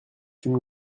une